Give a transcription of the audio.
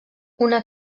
una